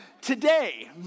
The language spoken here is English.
Today